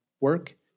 work